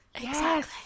Yes